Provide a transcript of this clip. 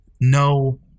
no